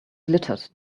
glittered